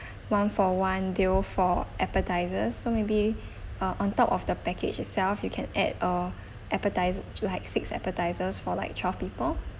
one for one deal for appetisers so maybe uh on top of the package itself you can add uh appetise like six appetisers for like twelve people